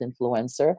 influencer